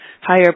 higher